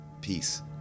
Peace